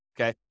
Okay